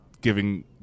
giving